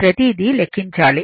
ప్రతీది లెక్కించా లి